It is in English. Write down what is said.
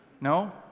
No